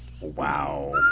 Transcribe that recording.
wow